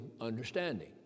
understanding